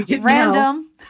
Random